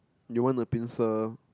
you want the pincer